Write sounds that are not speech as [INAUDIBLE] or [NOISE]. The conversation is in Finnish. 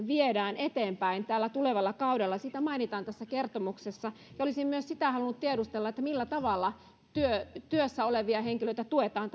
viedään eteenpäin tällä tulevalla kaudella siitä mainitaan tässä kertomuksessa olisin myös sitä halunnut tiedustella millä tavalla työssä työssä olevia henkilöitä tuetaan [UNINTELLIGIBLE]